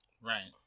Right